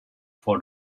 for